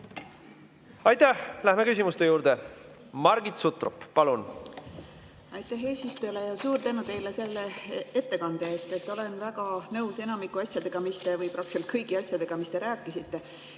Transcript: Aitäh! Läheme küsimuste juurde. Margit Sutrop, palun! Aitäh eesistujale! Ja suur tänu teile selle ettekande eest! Olen väga nõus enamiku asjadega või praktiliselt kõigi asjadega, mis te rääkisite.